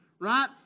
right